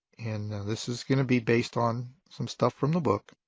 and this is going to be based on some stuff from the book.